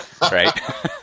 Right